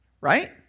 right